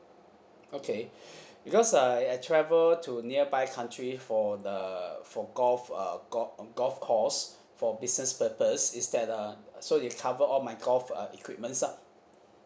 okay because uh I travel to nearby country for the for golf uh golf golf course for business purpose is that uh so it cover all my golf uh equipments ah